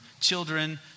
children